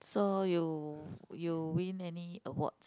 so you you win any award